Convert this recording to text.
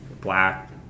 Black